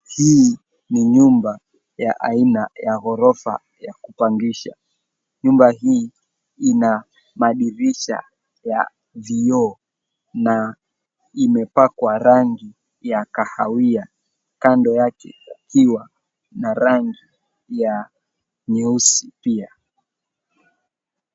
Hii ni nyumba ya aina ya gorofa ya kupangisha. Nyumba hii ina madirisha ya vioo na imepakwa rangi ya kahawia kando yake pakiwa na rangi ya nyeusi pia.